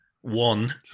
one